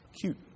Cute